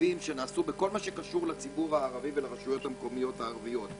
הרבים שנעשו בכל הקשור לציבור הערבי ולרשויות המקומיות הערביות.